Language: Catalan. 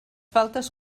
faltes